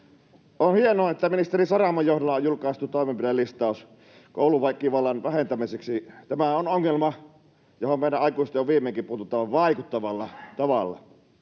On hienoa, että ministeri Saramon johdolla on julkaistu toimenpidelistaus kouluväkivallan vähentämiseksi. Tämä on ongelma, johon meidän aikuisten on viimeinkin puututtava vaikuttavalla tavalla.